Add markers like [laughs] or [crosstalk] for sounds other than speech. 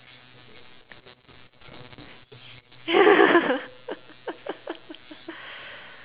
[laughs]